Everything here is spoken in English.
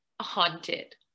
haunted